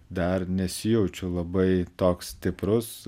dar nesijaučiu labai toks stiprus